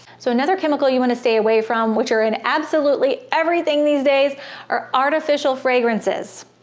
so another chemical you want to stay away from, which are an absolutely everything these days are artificial fragrances